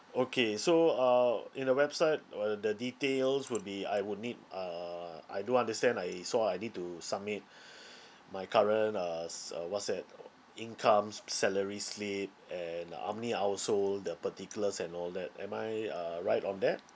okay so uh in the website were the details would be I would need uh I do understand I saw I need to submit my current uh s~ uh what's that oo incomes salary slip and how many household the particulars and all that am I uh right on that